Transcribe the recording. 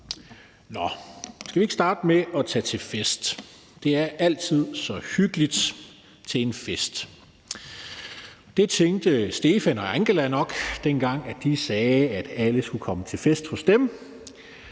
Skal vi ikke starte med at tage til fest? Det er altid så hyggeligt til en fest. Det tænkteStefan Löfven og Angela Merkel nok, dengang de sagde, at alle skulle komme til fest hos dem.